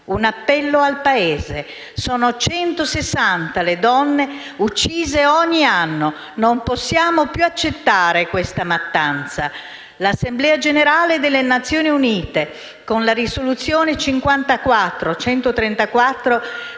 Un appello al Paese: sono 160 le donne uccise ogni anno, non possiamo più accettare questa mattanza. L'Assemblea generale delle Nazioni Unite, con la risoluzione n. 54/134